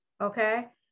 Okay